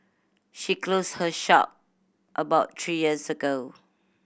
she closed her shop about three years ago